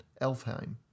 Elfheim